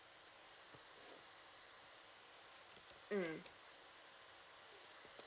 mm